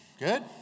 Good